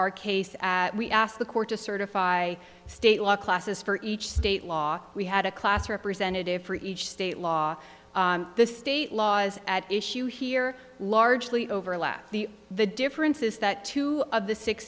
our case we asked the court to certify state law classes for each state law we had a class representative for each state law the state law is at issue here largely overlap the the difference is that two of the six